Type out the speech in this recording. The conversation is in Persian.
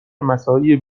مساعی